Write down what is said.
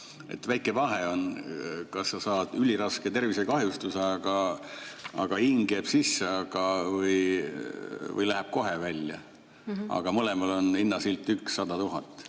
Väike vahe on, kas sa saad üliraske tervisekahjustuse, aga hing jääb sisse, või läheb hing kohe välja. Aga mõlemal on hinnasilt üks – 100 000.